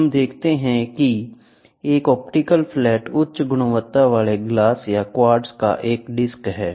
हमें देखते हैं कि एक ऑप्टिकल फ्लैट उच्च गुणवत्ता वाले ग्लास या क्वार्ट्ज का एक डिस्क है